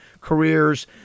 careers